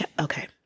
Okay